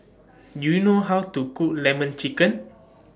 Do YOU know How to Cook Lemon Chicken